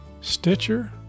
Stitcher